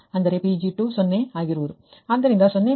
ಅಂದರೆ Pg3 ಸೊನ್ನೆ